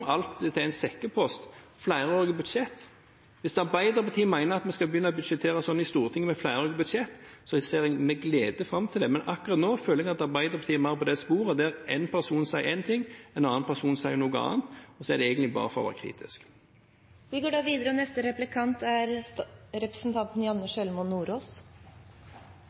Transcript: alt til en sekkepost, flerårige budsjetter. Hvis Arbeiderpartiet mener at vi skal begynne å budsjettere sånn i Stortinget, med flerårige budsjetter, ser jeg med glede fram til det. Men akkurat nå føler jeg at Arbeiderpartiet mer er på det sporet der en person sier én ting, en annen person sier noe annet, og så er det egentlig bare for å være kritisk. Da